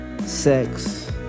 sex